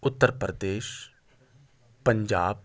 Uttar Pradesh Punjab